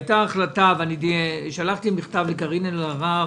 הייתה החלטה, ואני שלחתי מכתב לקארין אלהרר,